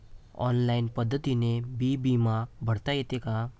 Online पद्धतीनं बी बिमा भरता येते का?